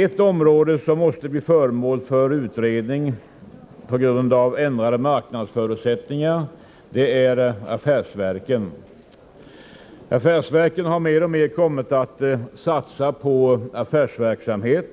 Ett område som måste bli föremål för en utredning på grund av ändrade marknadsförutsättningar är affärsverken. Affärsverken har mer och mer kommit att satsa på affärsverksamhet